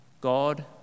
God